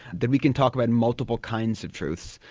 then we can talk about multiple kinds of truths.